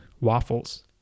waffles